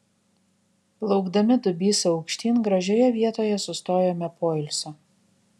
plaukdami dubysa aukštyn gražioje vietoje sustojome poilsio